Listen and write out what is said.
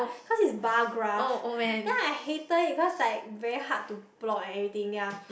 cause is bar graph then I hated it cause like very hard to plot and everything ya